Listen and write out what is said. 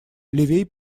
левей